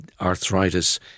arthritis